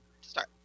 Start